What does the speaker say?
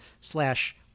slash